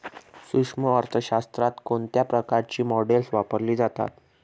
सूक्ष्म अर्थशास्त्रात कोणत्या प्रकारची मॉडेल्स वापरली जातात?